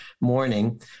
morning